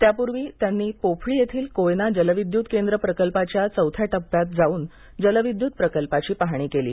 त्यापूर्वी त्यांनी पोफळी येथील कोयना जलविद्युत केंद्र प्रकल्पाच्या चौथा टप्पा इथे जाऊन जलविद्युत प्रकल्पाची पाहणी केली